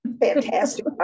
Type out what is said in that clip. fantastic